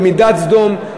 במידת סדום,